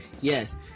Yes